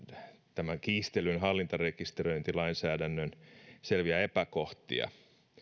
tämän kiistellyn hallintarekisteröintilainsäädännön selviä epäkohtia